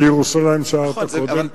ועל ירושלים שאלת קודם.